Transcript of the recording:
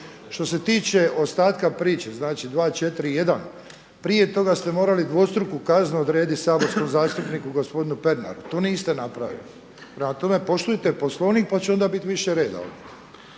Što se tiče ostatka priče, znači 241. prije toga ste morali dvostruku kaznu odrediti saborskom zastupniku gospodinu Pernaru, to niste napravili. Prema tome, poštujte Poslovnik pa će onda biti više reda ovdje.